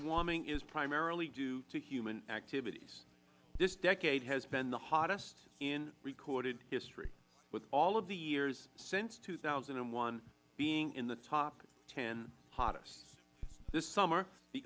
warming is primarily due to human activities this decade has been the hottest in recorded history with all of the years since two thousand and one being in the top ten hottest this summer the